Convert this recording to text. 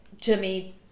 jimmy